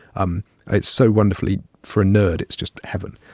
um it's so wonderfully for a nerd, it's just heaven.